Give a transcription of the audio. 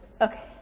Okay